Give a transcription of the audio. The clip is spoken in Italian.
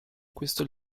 questo